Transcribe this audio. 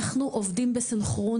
אנחנו עובדים בסנכרון.